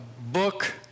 book